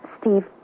Steve